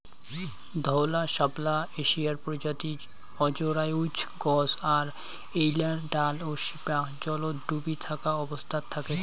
ধওলা শাপলা এশিয়ার প্রজাতি অজরায়ুজ গছ আর এ্যাইলার ডাল ও শিপা জলত ডুবি থাকা অবস্থাত থাকে